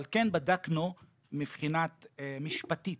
אבל כן בדקנו מבחינה משפטית.